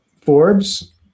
Forbes